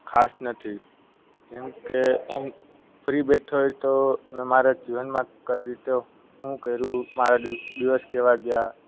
ખાસ નથી જેમકે એમ ફ્રી બેઠો હોય તો મારા જીવનમાં કઈ રીતે હું કર્યું મારા દિવસ કેવાં ગયાં